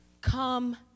come